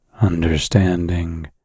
understanding